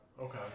Okay